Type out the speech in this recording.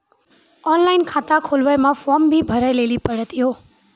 Online खाता खोलवे मे फोर्म भी भरे लेली पड़त यो?